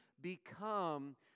become